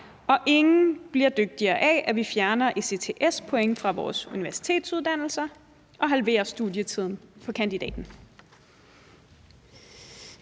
og ingen bliver dygtigere af, at vi fjerner ECTS-point fra vores universitetsuddannelser og halverer studietiden for kandidaten.